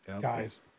Guys